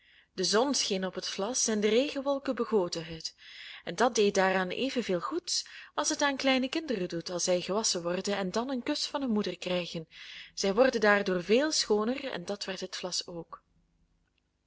de zon scheen op het vlas en de regenwolken begoten het en dat deed daaraan evenveel goed als het aan kleine kinderen doet als zij gewasschen worden en dan een kus van hun moeder krijgen zij worden daardoor veel schooner en dat werd het vlas ook